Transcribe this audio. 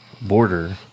border